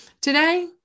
Today